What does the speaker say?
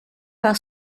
par